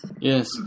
Yes